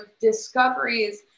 discoveries